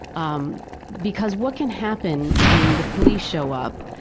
um because what can happen when the police show up,